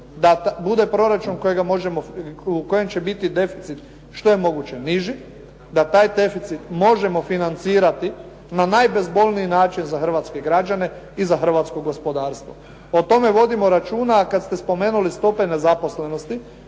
da bude proračun u kojem će biti deficit što je moguće niži, da taj deficit možemo financirati na najbezbolniji način za hrvatske građane i za hrvatsko gospodarstvo. O tome vodite računa. A kad ste spomenuli stope nezaposlenosti,